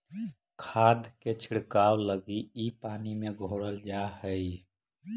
खाद के छिड़काव लगी इ पानी में घोरल जा हई